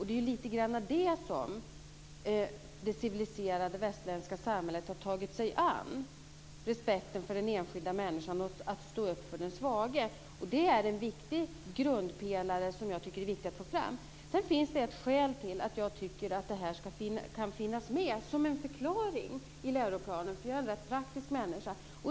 Det är lite grann respekten för den enskilda människan och att man ska stå upp för den svage som det civiliserade västerländska samhället har tagit sig an, och det är en viktig grundpelare att få fram. Sedan finns det ett skäl till att jag tycker att det här kan finnas med som en förklaring i läroplanen, för jag är en rätt praktisk människa.